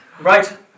Right